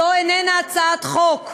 זו איננה הצעת חוק,